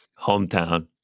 hometown